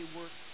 work